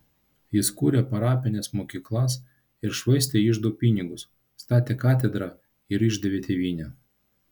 jis kūrė parapines mokyklas ir švaistė iždo pinigus statė katedrą ir išdavė tėvynę